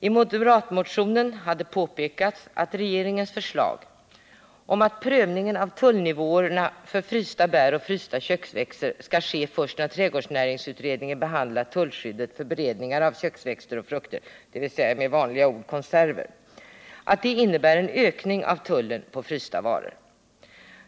I moderatmotionen hade påpekats att regeringens förslag om att prövningen av tullnivåerna för frysta bär och frysta köksväxter skall ske först när trädgårdsnäringsutredningen behandlat tullskyddet för beredningar av köksväxter och frukter — med vanliga ord konserver — innebär en ökning av tullen på frysta varor.